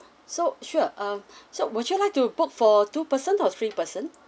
so sure um so would you like to book for two person or three person